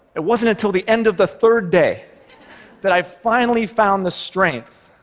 it wasn't until the end of the third day that i finally found the strength